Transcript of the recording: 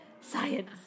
Science